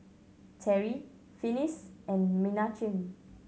Terri Finis and Menachem